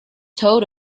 told